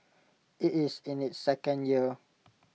IT is in its second year